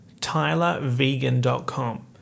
tylervegan.com